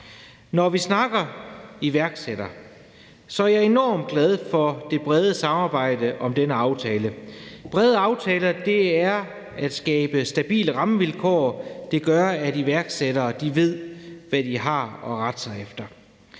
Når vi snakker om iværksættere, er jeg enormt glad for det brede samarbejde om denne aftale. Brede aftaler er med til at skabe stabile rammevilkår, og det gør, at iværksættere ved, hvad de har at rette sig efter.